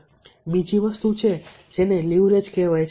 હવે બીજી વસ્તુ છે જેને લીવરેજ કહેવાય છે